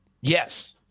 Yes